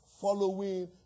following